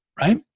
right